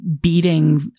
beating